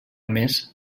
més